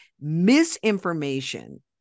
misinformation